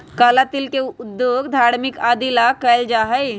काला तिल के उपयोग धार्मिक आदि ला कइल जाहई